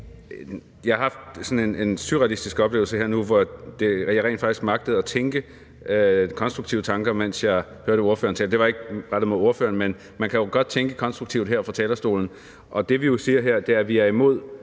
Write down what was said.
Jeg har haft sådan en surrealistisk oplevelse. Jeg magtede rent faktisk at tænke konstruktive tanker, mens jeg hørte ordføreren tale – og det er ikke rettet mod ordføreren, men man kan jo godt tænke konstruktivt her fra talerstolen, og det, vi siger her, er, at vi er imod